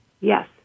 yes